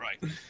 right